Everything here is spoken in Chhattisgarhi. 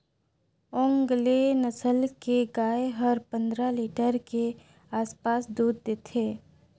ओन्गेले नसल के गाय हर पंद्रह लीटर के आसपास दूद देथे